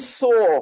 saw